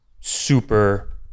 super